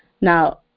Now